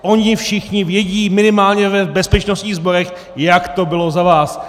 Oni všichni vědí, minimálně v bezpečnostních sborech, jak to bylo za vás.